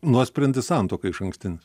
nuosprendis santuokai išankstinis